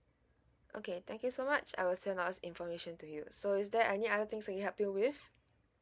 okay thank you so much I will send all information to you so is there any other things I can help you with